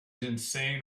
insane